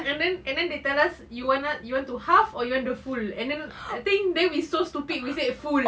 and then and then they tell us you wanna you want to half or you want the full and then I think then we so stupid we said full